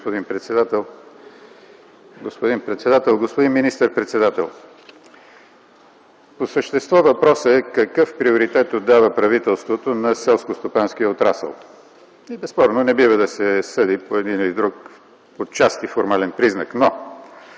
Господин председател, господин министър-председател! По същество въпросът е: какъв приоритет отдава правителството на селскостопанския отрасъл? Безспорно не бива да се съди по един или друг отчасти формален признак. Моите